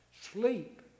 Sleep